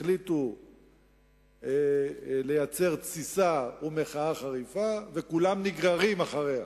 החליטו לייצר תסיסה ומחאה חריפה וכולם נגררים אחריה,